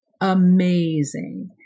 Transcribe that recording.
amazing